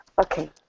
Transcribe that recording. Okay